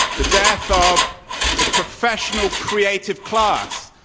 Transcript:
the death of the professional creative class,